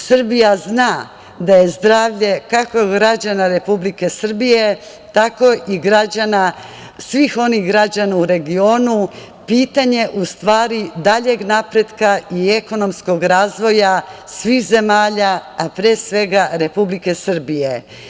Srbija zna da je zdravlje kako građana Republike Srbije, tako i svih onih građana u regionu, pitanje u stvari daljeg napretka i ekonomskog razvoja svih zemalja, a pre svega Republike Srbije.